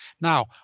Now